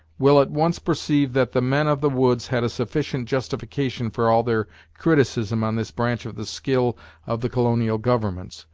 will at once perceive that the men of the woods had a sufficient justification for all their criticism on this branch of the skill of the colonial governments,